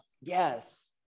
Yes